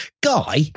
Guy